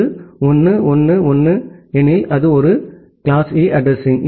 அது 1 1 1 1 எனில் அது ஒரு கிளாஸ் E அட்ரஸிங்